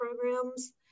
programs